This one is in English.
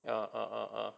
uh uh uh uh